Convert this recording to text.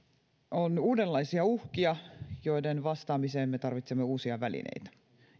on uudenlaisia uhkia joihin vastaamiseen me tarvitsemme uusia välineitä